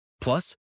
Plus